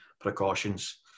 precautions